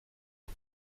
les